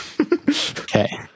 Okay